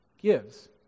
gives